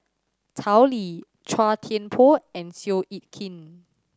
Tao Li Chua Thian Poh and Seow Yit Kin